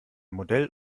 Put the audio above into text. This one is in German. modell